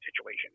situation